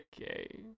okay